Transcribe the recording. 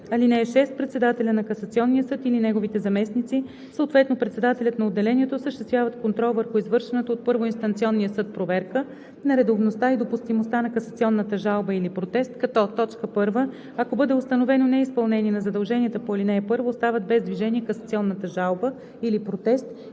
съд. (6) Председателят на касационния съд или неговите заместници, съответно председателят на отделението осъществяват контрол върху извършената от първоинстанционния съд проверка на редовността и допустимостта на касационната жалба или протест, като: 1. ако бъде установено неизпълнение на задълженията по ал. 1, оставят без движение касационната жалба или протест